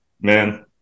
man